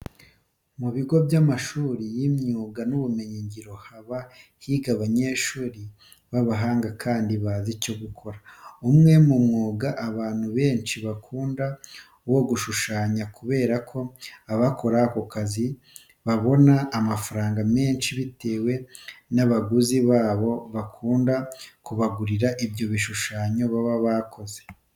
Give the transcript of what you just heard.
Mu bigo by'amashuri y'imyuga n'ubumenyingiro haba higa abanyeshuri b'abahanga kandi bazi icyo gukora. Umwe mu mwuga abantu benshi bakunda ni uwo gushushanya kubera ko abakora aka kazi babona amafaranga menshi bitewe n'abaguzi babo bakunda kubagurira ibyo bishushanyo baba bakoze.